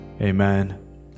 amen